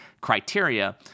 criteria